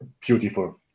beautiful